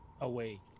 away